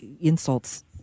insults